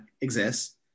exists